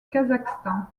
kazakhstan